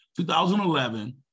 2011